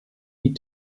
die